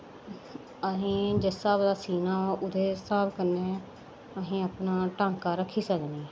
असें जिस स्हाब दा सीना ओह्दे स्हाब कन्नै असें अपना टांका रक्खी सकने आं